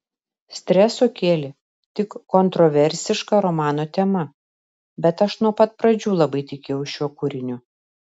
streso kėlė tik kontroversiška romano tema bet aš nuo pat pradžių labai tikėjau šiuo kūriniu